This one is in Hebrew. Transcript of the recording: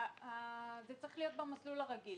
צריך להיות במסלול הרגיל.